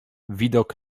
widok